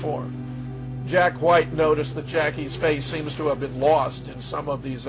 four jack white noticed that jackie's face seems to have been lost in some of these